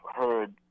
heard